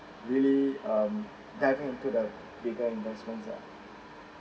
really um diving into the bigger investments~ lah